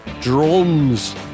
Drums